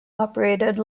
operated